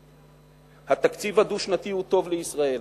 התקציב הדו-שנתי הוא טוב לישראל.